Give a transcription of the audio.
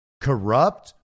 corrupt